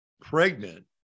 pregnant